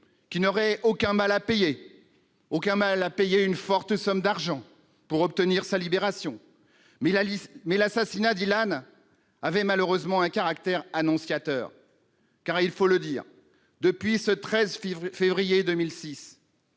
qui n'aurait aucun mal à payer une forte somme d'argent pour obtenir sa libération. L'assassinat d'Ilan avait malheureusement un caractère annonciateur. Car, il faut le dire, depuis ce 13 février 2006,